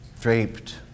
draped